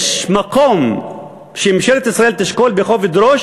יש מקום שממשלת ישראל תשקול בכובד ראש